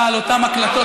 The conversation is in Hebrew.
חצוף.